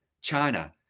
China